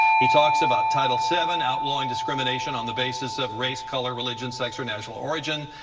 he talks about title seven, outlawing discrimination on the basis of race, color, religion, sex, or national origin.